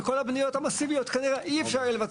וכל הבניות המסיביות כנראה אי אפשר היהיה לוותר.